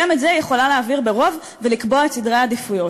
גם את זה היא יכולה להעביר ברוב ולקבוע את סדרי העדיפויות.